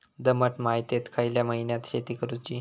दमट मातयेत खयल्या महिन्यात शेती करुची?